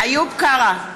איוב קרא,